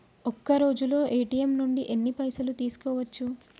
ఒక్కరోజులో ఏ.టి.ఎమ్ నుంచి ఎన్ని పైసలు తీసుకోవచ్చు?